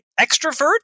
extrovert